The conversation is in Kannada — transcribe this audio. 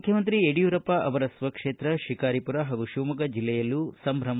ಮುಖ್ಯಮಂತ್ರಿ ಯಡಿಯೂರಪ್ಪ ಅವರ ಸ್ವಕ್ಷೇತ್ರ ಶಿಕಾರಿಪುರ ಹಾಗೂ ಶಿವಮೊಗ್ಗ ಜಿಲ್ಲೆಯಲ್ಲೂ ಸಂಭ್ರಮ